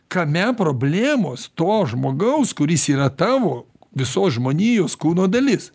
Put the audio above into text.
kame problemos to žmogaus kuris yra tavo visos žmonijos kūno dalis